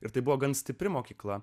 ir tai buvo gan stipri mokykla